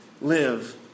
live